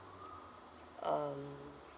um